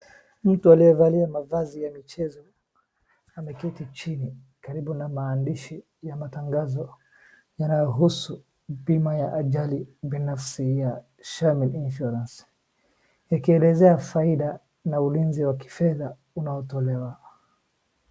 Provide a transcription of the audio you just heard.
Mtu aliyevalia mavazi ya michezo ameketi chini karibu na maandishi ya matangazo yanayohusu bima ya ajali binafsi ya Shimini Insurance yakielezea faida na ulinzi wa kifedha unaotolewa.